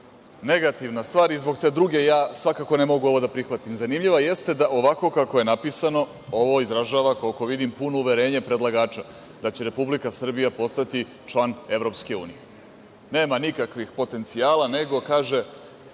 negativna stvar i zbog te druge ja svakako ne mogu ovo da prihvatim. Zanimljivo jeste da ovako kako je napisano ovo izražava, koliko vidim puno uverenje predlagača, da će Republika Srbija postati član EU. Nema nikakvih potencijala, nego kaže